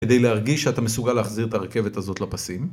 כדי להרגיש שאתה מסוגל להחזיר את הרכבת הזאת לפסים